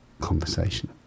conversation